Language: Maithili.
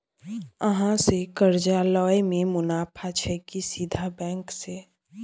अहाँ से कर्जा लय में मुनाफा छै की सीधे बैंक से?